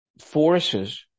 forces